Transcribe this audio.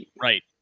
Right